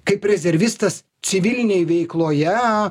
kaip rezervistas civilinėj veikloje